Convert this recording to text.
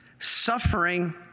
suffering